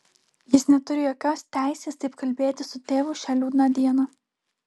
jis neturi jokios teisės taip kalbėti su tėvu šią liūdną dieną